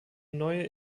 neue